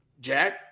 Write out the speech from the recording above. Jack